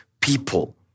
people